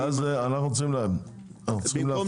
כי אז אנחנו צריכים להבטיח --- במקום